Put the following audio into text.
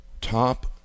top